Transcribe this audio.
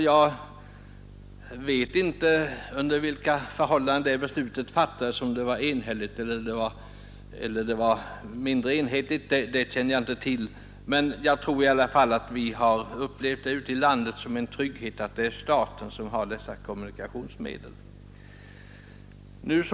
Jag vet inte om det beslutet var enhälligt eller inte, men jag tror i alla fall att vi ute i landet har uppfattat det som en trygghetsfaktor att det är staten som har dessa kommunikationsmedel om hand.